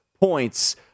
points